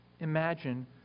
imagine